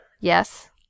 yes